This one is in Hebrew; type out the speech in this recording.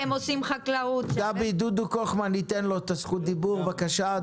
דודו קוכמן, בבקשה.